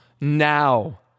now